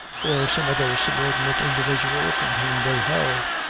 or some other subordinate individual from whom, they held.